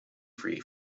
free